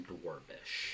Dwarvish